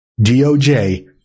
DOJ